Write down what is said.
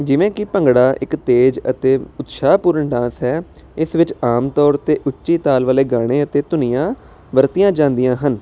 ਜਿਵੇਂ ਕਿ ਭੰਗੜਾ ਇੱਕ ਤੇਜ਼ ਅਤੇ ਉਤਸ਼ਾਹ ਪੂਰਨ ਡਾਂਸ ਹੈ ਇਸ ਵਿੱਚ ਆਮ ਤੌਰ 'ਤੇ ਉੱਚੀ ਤਾਲ ਵਾਲੇ ਗਾਣੇ ਅਤੇ ਧੁਨੀਆਂ ਵਰਤੀਆਂ ਜਾਂਦੀਆਂ ਹਨ